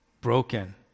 broken